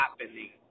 happening